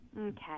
Okay